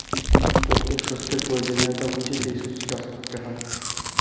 প্রত্যেক শস্যের প্রয়োজনীয়তা বুঝে সেই শস্য চাষ করতে হয়